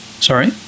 Sorry